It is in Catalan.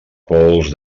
pols